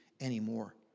anymore